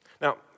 Now